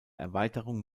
erweiterung